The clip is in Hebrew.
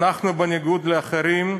אנחנו, בניגוד לאחרים,